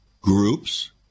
groups